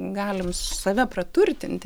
galim save praturtinti